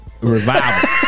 Revival